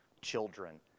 children